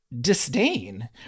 disdain